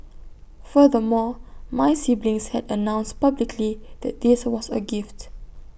furthermore my siblings had announced publicly that this was A gift